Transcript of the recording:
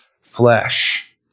flesh